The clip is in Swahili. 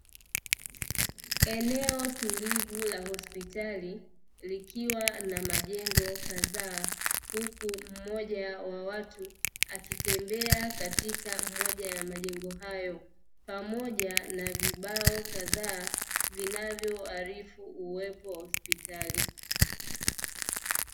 Eneo tulivu la hospitali, likiwa na majengo kadhaa, huku mmoja wa watu akitembea katika moja ya majengo hayo, pamoja na vibao kadhaa vinavyoarifu uwepo wa hospitali.